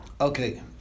Okay